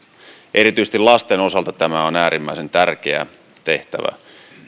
erityisesti lasten osalta tämä on äärimmäisen tärkeä tehtävä